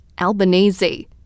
Albanese